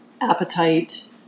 appetite